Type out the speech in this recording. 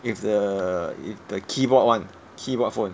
with the with the keyboard [one] keyboard phone